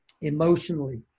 emotionally